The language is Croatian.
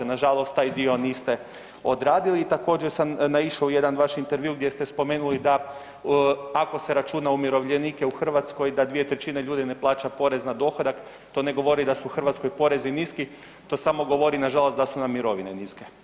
Nažalost taj dio niste odradili i također, sam naišao u jedan vaš intervju gdje ste spomenuli da ako se računa umirovljenike u Hrvatskoj, da 2/3 ljudi ne plaća porez na dohodak, to ne govori da su u Hrvatskoj porezi niski, to samo govori nažalost da su nam mirovine niske.